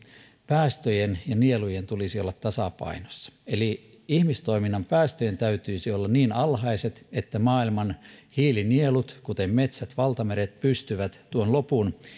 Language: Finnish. päästöjen ja nielujen tulisi olla tasapainossa eli ihmistoiminnan päästöjen täytyisi olla niin alhaiset että maailman hiilinielut kuten metsät ja valtameret pystyvät tuon lopun